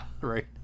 right